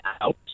out